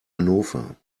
hannover